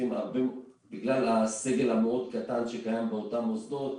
בגלל הסגל מאוד קטן שקיים באותם מוסדות,